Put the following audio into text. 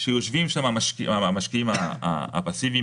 שיושבים שם המשקיעים הפסיביים